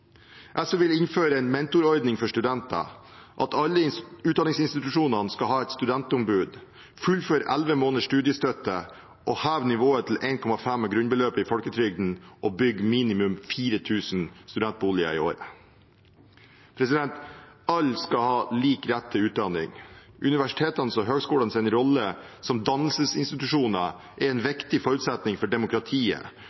SV vil innføre en mentorordning for studenter, at alle utdanningsinstitusjonene skal ha et studentombud, fullføre 11 måneders studiestøtte og heve nivået til 1,5 av grunnbeløpet i folketrygden og bygge minimum 4 000 studentboliger i året. Alle skal ha lik rett til utdanning. Universitetenes og høyskolenes rolle som dannelsesinstitusjoner er en